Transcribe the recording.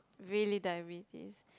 really diabetes